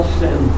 sin